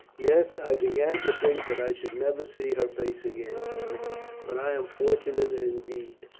yes, i began to think that i should never see her face again, beric but i am fortunate indeed,